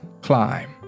climb